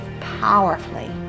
powerfully